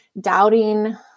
doubting